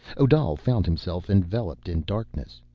odal found himself enveloped in darkness.